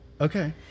Okay